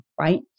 right